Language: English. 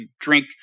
drink